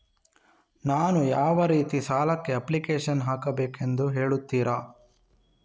ನಾನು ಯಾವ ರೀತಿ ಸಾಲಕ್ಕೆ ಅಪ್ಲಿಕೇಶನ್ ಹಾಕಬೇಕೆಂದು ಹೇಳ್ತಿರಾ?